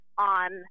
On